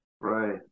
right